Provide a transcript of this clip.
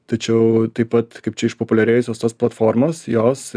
tačiau taip pat kaip čia išpopuliarėjusios tos platformos jos